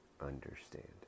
understand